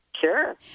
Sure